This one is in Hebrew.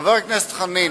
חבר הכנסת חנין,